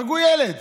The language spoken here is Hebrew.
הרגו ילד,